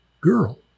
girl